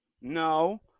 no